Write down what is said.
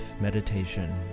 meditation